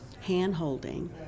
hand-holding